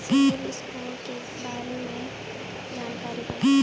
CIBIL score के बारे में जानकारी दें?